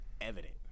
evident